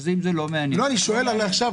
אז אם זה לא מעניין --- אני שואל על עכשיו.